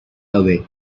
away